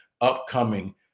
upcoming